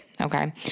Okay